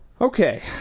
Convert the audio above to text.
Okay